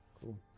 cool